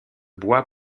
bois